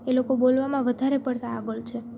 એ લોકો બોલવામાં વધારે પડતા આગળ છે